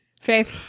Faith